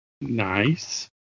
Nice